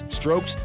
strokes